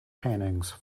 paintings